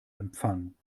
empfang